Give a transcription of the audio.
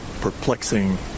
perplexing